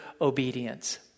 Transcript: obedience